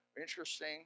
Interesting